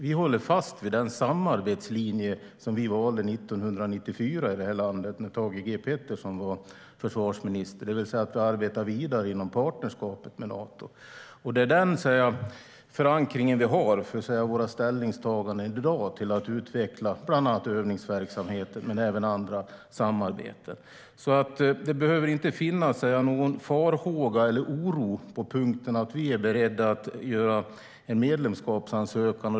Vi håller fast vi den samarbetslinje som vi valde 1994 i det här landet, när Thage G Peterson var försvarsminister. Vi arbetar alltså vidare inom partnerskapet med Nato. Det är den förankringen vi har för våra ställningstaganden i dag till att utveckla bland annat övningsverksamheten men även andra samarbeten. Det behöver inte finnas någon farhåga om eller oro för att vi skulle vara beredda att göra en medlemskapsansökan.